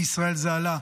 בישראל זה עלה.